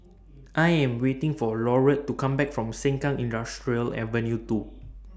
I Am waiting For Laurette to Come Back from Sengkang Industrial Ave two